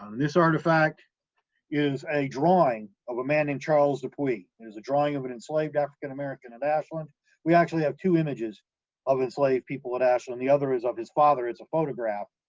um this artifact is a drawing of a man named charles dupuy. it is a drawing of an enslaved african american at ashland we actually have two images of enslaved people at ashland, the other is of his father, it's a photograph.